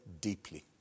deeply